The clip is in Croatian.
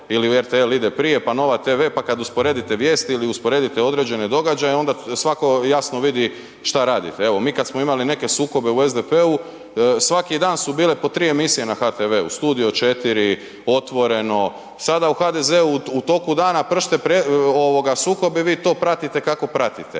ili RTL ide prije pa Nova tv pa kad usporedite vijesti ili usporedite određene događaje, onda svako jasno vidi šta radite. Evo mi kad smo imali neke sukobe u SDP-u, svaki dan su bile po tri emisije na HTV-u, Studio 4, Otvoreno, sada u HDZ-u u toku dana pršte sukobi, vi to pratite kako pratite,